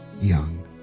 young